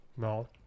No